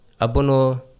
Abono